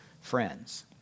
friends